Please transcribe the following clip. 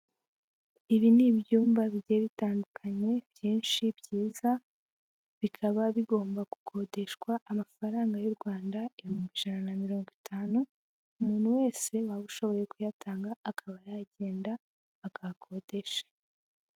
Ibi ni ibyumba bigiye bitandukanye, byinshi byiza bikaba bigomba gukodeshwa amafaranga y'u Rwanda ibihumbi ijana na mirongo itanu, umuntu wese waba ushoboye kuyatanga akaba yagenda akahakodesha.